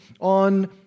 on